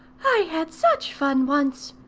i had such fun once!